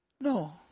No